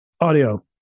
Audio